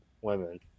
women